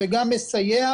וגם מסייע.